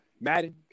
Madden